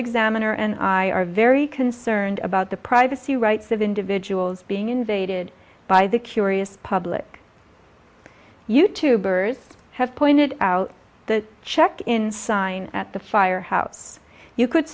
examiner and i are very concerned about the privacy rights of individuals being invaded by the curious public you tubers have pointed out the check in sign at the firehouse you could